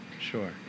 Sure